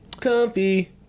Comfy